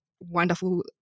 Wonderful